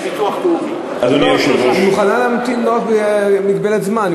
היא מוכנה להמתין לא רק במגבלת זמן,